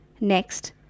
Next